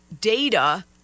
data